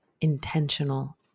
intentional